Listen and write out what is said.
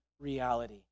reality